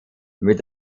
mit